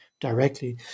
directly